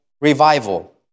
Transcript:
revival